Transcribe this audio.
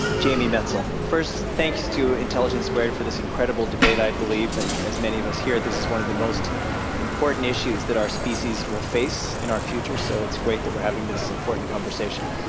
jamie metzl. first, thanks to intelligence squared for this incredible debate. i believe, like as many of us here, this is one of the most important issues that our species will face in our future, so it's great that we're having this important conversation.